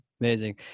Amazing